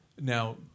Now